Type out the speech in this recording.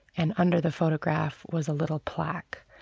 and under the photograph was a little plaque,